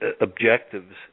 objectives